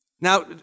Now